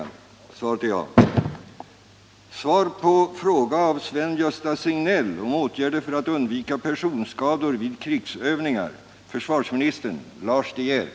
Har statsrådet andra förslag till förebyggande åtgärder för att undvika personskador som kan uppstå i och med att övningarna utsätter de värnpliktiga för hårda fysiska prövningar?